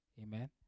Amen